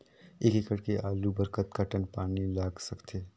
एक एकड़ के आलू बर कतका टन पानी लाग सकथे?